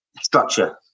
Structure